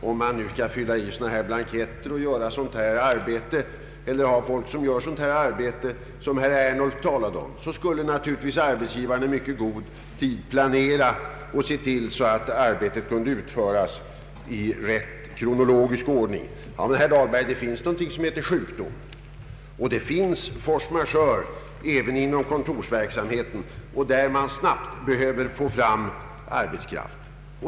Om arbetsgivaren själv skall fylla i blanketter eller har folk som gör sådant arbete som herr Ernulf talade om, så borde arbetsgivaren i mycket god tid planera och se till att arbetet utfördes i rätt kronologisk ordning. Men, herr Dahlberg, det finns någonting som heter sjukdom och force majeure även inom kontorsverksamheten, då man snabbt behöver få tag på arbetskraft.